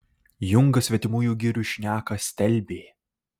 jungas svetimųjų girių šneką stelbė